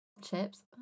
Chips